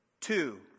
Two